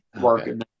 working